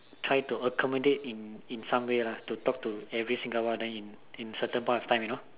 try to accommodate in in some way lah to to talk to everyone single one in in some point of time you know